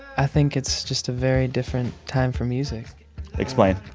i think it's just a very different time for music explain